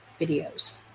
videos